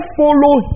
follow